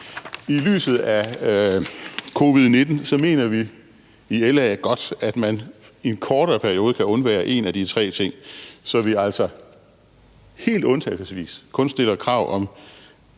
I lyset af covid-19 mener vi i LA godt, at man i en kortere periode kan undvære en af de tre ting, så vi altså helt undtagelsesvis kun stiller krav om